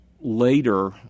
later